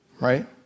Right